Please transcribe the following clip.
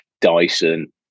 Dyson